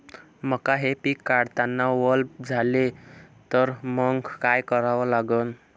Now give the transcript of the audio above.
मका हे पिक काढतांना वल झाले तर मंग काय करावं लागन?